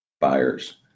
buyers